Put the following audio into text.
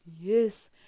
Yes